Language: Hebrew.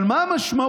אבל מה המשמעות?